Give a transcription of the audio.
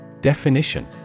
Definition